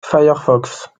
firefox